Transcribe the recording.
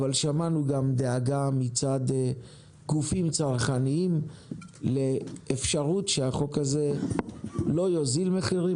אבל שמענו גם דאגה מצד גופים צרכניים לאפשרות שהחוק הזה לא יוזיל מחירים